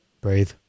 Breathe